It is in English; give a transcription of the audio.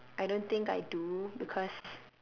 I don't think I do because